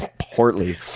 portly.